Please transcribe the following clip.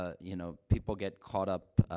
ah you know people get caught up, ah,